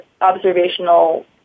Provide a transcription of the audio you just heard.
observational